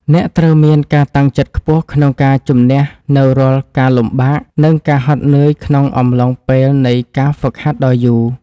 អ្នកត្រូវមានការតាំងចិត្តខ្ពស់ក្នុងការជម្នះនូវរាល់ការលំបាក និងការហត់នឿយក្នុងអំឡុងពេលនៃការហ្វឹកហាត់ដ៏យូរ។